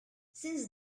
since